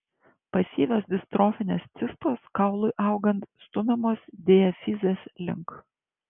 pasyvios distrofinės cistos kaului augant stumiamos diafizės link